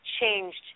changed